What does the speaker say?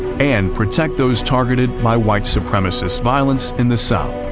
and protect those targeted by white supremacist violence in the south.